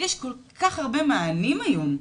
יש כל כך הרבה מענים היום,